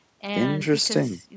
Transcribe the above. Interesting